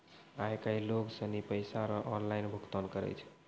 आय काइल लोग सनी पैसा रो ऑनलाइन भुगतान करै छै